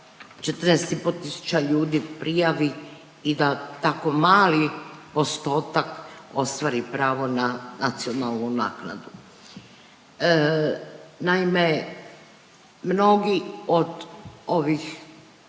tisuća ljudi prijavi i da tako mali postotak ostvari pravo na nacionalnu naknadu. Naime, mnogi od ovih